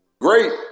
Great